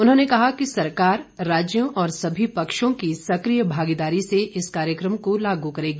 उन्होंने कहा कि सरकार राज्यों और सभी पक्षों की सक्रिय भागीदारी से इस कार्यक्रम को लागू करेगी